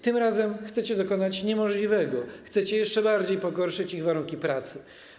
Tym razem chcecie dokonać niemożliwego: chcecie jeszcze bardziej pogorszyć ich warunki pracy.